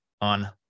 on